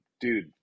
dude